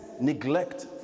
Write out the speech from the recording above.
neglect